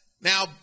Now